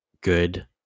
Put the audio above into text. good